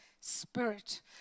Spirit